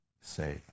say